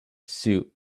suit